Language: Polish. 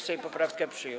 Sejm poprawkę przyjął.